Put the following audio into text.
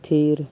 ᱛᱷᱤᱨ